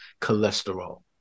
cholesterol